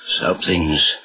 Something's